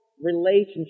relationship